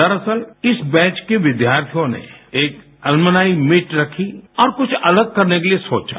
दरअसल इस बैच के विद्यार्थियों ने एक एलुमनी मीट रखी और कुछ अलग करने के लिए सोचा